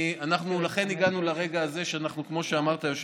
לכן הגענו לרגע הזה, כמו שאמרת, היושב-ראש,